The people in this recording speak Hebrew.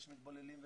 אלה שמתבוללים,